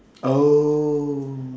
oh